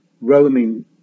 roaming